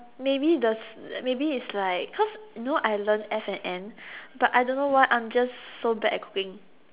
maybe the maybe is like cause you know I learn F&N but I don't know why I'm just so bad at cooking